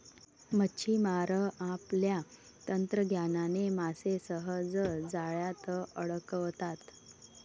मच्छिमार आपल्या तंत्रज्ञानाने मासे सहज जाळ्यात अडकवतात